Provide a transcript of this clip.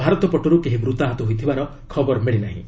ଭାରତ ପଟରୁ କେହି ମୃତାହତ ହୋଇଥିବାର ଖବର ମିଳି ନାହିଁ